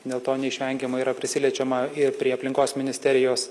dėl to neišvengiamai yra prisiliečiama ir prie aplinkos ministerijos